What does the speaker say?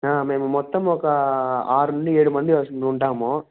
మేము మొత్తము ఒక ఆరు నుండి ఏడుమంది వస్తు ఉంటాము